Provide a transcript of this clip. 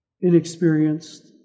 inexperienced